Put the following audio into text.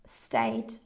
state